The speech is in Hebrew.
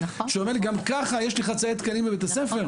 שאומר לי גם ככה יש לי חצאי תקנים בבית הספר,